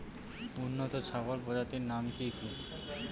উন্নত ছাগল প্রজাতির নাম কি কি?